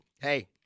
hey